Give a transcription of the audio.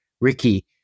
Ricky